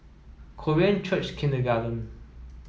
Korean Church Kindergarten